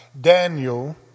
Daniel